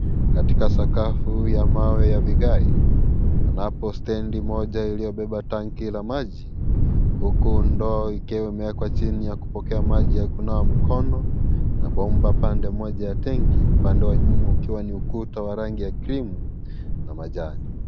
Katika sakafu ya mawe ya vigae, panapo stendi moja iliyobeba tangi la maji, huku ndoo ikiwa imewekwa chini ya kupokea maji ya kunawa mkono na bomba pande moja ya tangi, upande wa nyuma ukiwa ni ukuta wa rangi ya cream na majani.